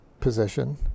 position